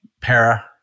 para